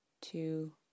two